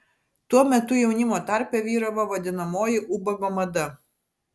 tuo metu jaunimo tarpe vyravo vadinamoji ubago mada